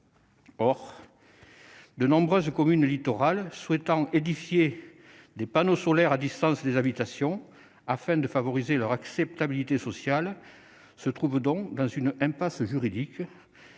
De nombreuses communes littorales souhaitant installer des panneaux solaires à distance des habitations, afin de favoriser leur acceptabilité sociale, se trouvent donc dans une impasse juridique.